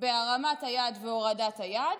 בהרמת היד והורדת היד,